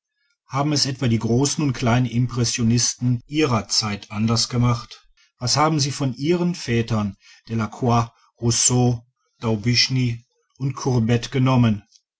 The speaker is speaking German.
haben es etwa die großen und kleinen impressionisten ihrerzeit anders gemacht was haben sie von ihren vätern delacroix rousseau daubigny und courbet genommen